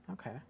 Okay